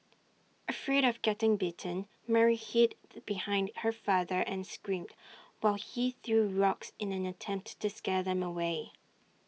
afraid of getting bitten Mary hid the behind her father and screamed while he threw rocks in an attempt to scare them away